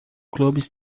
clubes